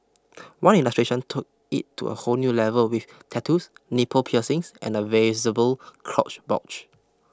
one illustration took it to a whole new level with tattoos nipple piercings and a visible crotch bulge